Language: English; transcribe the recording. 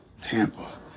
Tampa